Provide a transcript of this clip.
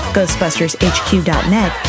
GhostbustersHQ.net